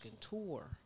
tour